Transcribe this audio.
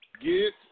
Get